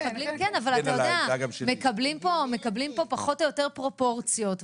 כן, אבל מקבלים פה פחות או יותר פרופורציות.